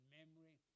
memory